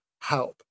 help